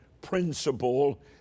principle